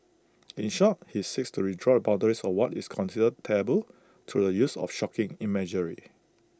in short he seeks to redraw the boundaries of what is considered taboo to the use of shocking imagery